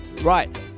right